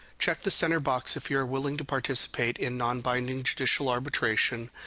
check the center box if you are willing to participate in non-binding judicial arbitration,